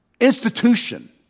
Institution